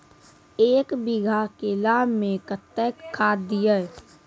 एक बीघा केला मैं कत्तेक खाद दिये?